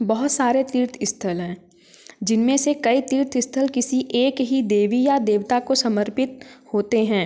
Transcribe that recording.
बहुत सारे तीर्थ स्थल हैं जिनमें से कई तीर्थ स्थल किसी एक ही देवी या देवता को समर्पित होते हैं